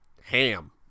ham